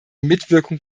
mitwirkung